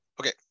Okay